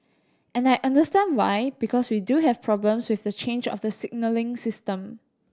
and I understand why because we do have problems with the change of the signalling system